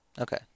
Okay